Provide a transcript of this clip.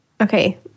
Okay